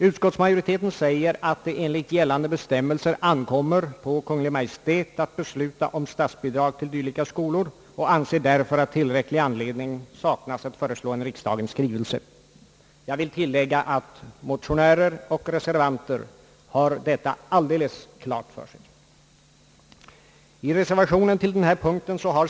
Utskottsmajoriteten säger att det enligt gällande statsbidragsbestämmelser ankommer på Kungl. Maj:t att besluta om statsbidrag till enskilda yrkesskolor och anser därför att tillräcklig anledning saknas att föreslå en riksdagens skrivelse. Jag vill tillägga att motionärer och reservanter har detta alldeles klart för sig.